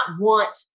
want